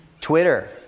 Twitter